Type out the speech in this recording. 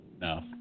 No